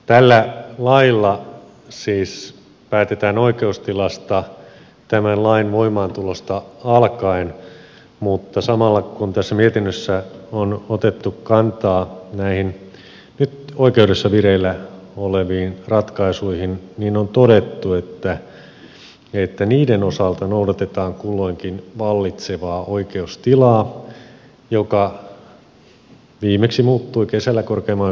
tällä lailla siis päätetään oikeustilasta tämän lain voimaantulosta alkaen mutta samalla kun tässä mietinnössä on otettu kantaa näihin nyt oikeudessa vireillä oleviin ratkaisuihin on todettu että niiden osalta noudatetaan kulloinkin vallitsevaa oikeustilaa joka viimeksi muuttui kesällä korkeimman oikeuden ratkaisun myötä